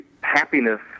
happiness